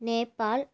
Nepal